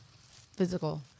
physical